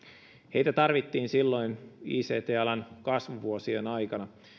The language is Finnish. heitä tarvittiin silloin ict alan kasvuvuosien aikana